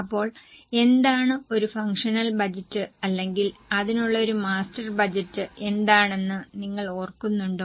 അപ്പോൾ എന്താണ് ഒരു ഫംഗ്ഷണൽ ബജറ്റ് അല്ലെങ്കിൽ അതിനുള്ള ഒരു മാസ്റ്റർ ബജറ്റ് എന്താണെന്ന് നിങ്ങൾ ഓർക്കുന്നുണ്ടോ